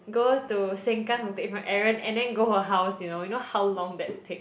go to Sengkang to take from Aaron and then go her house you know you know how long that take